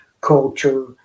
culture